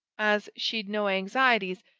as she'd no anxieties,